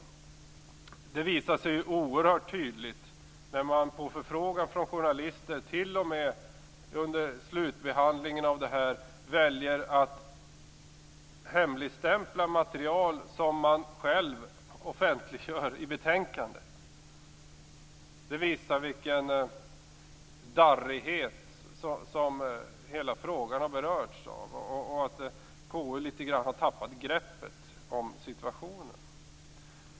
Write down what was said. Detta visas oerhört tydligt när man på förfrågan från journalister t.o.m. under slutbehandlingen av ärendet väljer att hemligstämpla material som man själv offentliggör i betänkandet. Det visar vilken darrighet som hela frågan har berörts av och att KU litet grand har tappat greppet om situationen.